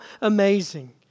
amazing